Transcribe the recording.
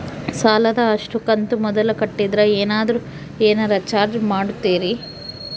ಸಾಲದ ಅಷ್ಟು ಕಂತು ಮೊದಲ ಕಟ್ಟಿದ್ರ ಏನಾದರೂ ಏನರ ಚಾರ್ಜ್ ಮಾಡುತ್ತೇರಿ?